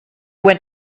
went